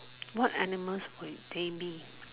what animals would they be